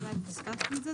אולי פספסתי את זה.